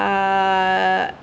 uh